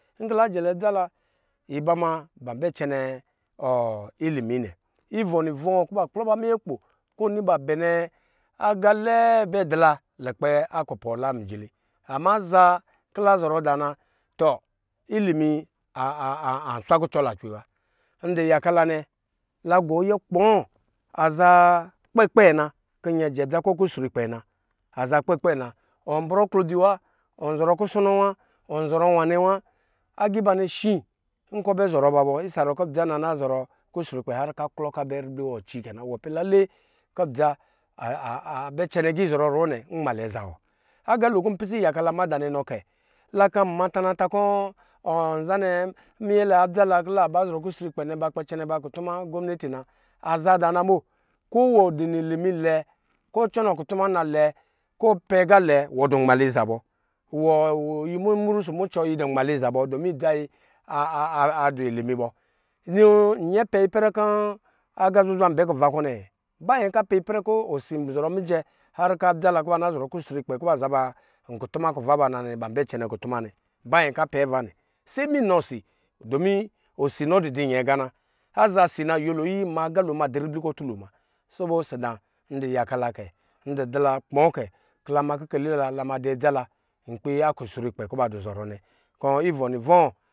Nkɔ la jɛlɛ adza la iba ma ban bɛ cɛnɛ ihmu nɛ vɔ̄ɔ̄ kɔ ba kplɔ ba minyɛ kpo kɔ ɔni ba bɛ aga lɛɛ bɛ dɔ la lukpɛ kubɔ la mijili ama ama azaa kɔ lazɔrɔ da na tɔ ilimi answa kucɔ la cwe wa ndɔ yaka la nɛ la gɔ yɛ kpɔɔ aza kpɛ kpɛ na kɔ nyɛ ajɛ dza kɔ kusru kpɛ na aza kpɛkpɛ na ɔ n brɔ aklodzi wa ɔzɔrɔ kusɔnɔ wa ɔnsɔrɔ wanɛ wa aga iba nɛ shi nkɔ ɔbɛ zɔrɔ ba bɔ isa ruwɔ kɔ adza bɛ na zɔrɔ kusru kpɛ kɔ ana klɔ ka bɛ ribli wɔ aci kɛ na wɔ pɛ lace kɔ dza abɛ cɛnɛ agii zɔrɔ ruwɔ nɛ nmalɛ zawɔ aga lo kɔ npisɛ iyaka la mada nɛ nɔ kɛ la ka ma tana takɔ ɔ nzanɛ minyɛ la adza la kɔ ba kpɛ zɔrɔ kusrukpɛ nɛ ba kpɛ cɛn ɛ ba kutuma gomineti na azaa da na bo ko wɔ di li nimi lɛ kɔ ɔ cɔnɔ kutuma na lɛɛ kɔ wɔ pɛ aga lɛɛ wɔ dɔ nmaliza bɔ yi mumru ɔsɔ mucɔ yi dɔ nma liza bɔ domi dza yi adu linimi bɔ nɔ nyɛ pɛ ipɛrɛ kɔ aga zuzwa anbɛ nkpi kɔ nɛ ba nyɛ kɔ apɛ ipɛrɛ kɔ osi zɔrɔ mijɛ har kɔ adza la kɔ ba zɔrɔ kusrukpɛ kɔ ba zaba kutuma kuva ba nɛ ban bɛ cɛnɛ kutu ma ba nyɛ kɔ apɛ ava nɛ se minɔ osi domi osi nɔ dudɔ nyɛ aga na azaa osi na nyɛlo anyiya kɔ amaga madɔ nyɛlo sobo isi da ndu yaka kɛ ndu dɔ la kpɔɔ kɛ la ma kikile la tladɔ adza la nkpi asrukpɛ kɔ ba du zɔrɔ kɔ ivɔ